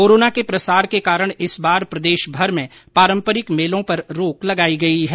corona के प्रसार के कारण इस बार प्रदेशभर में पारंपरिक मेलों पर रोक लगाई गई है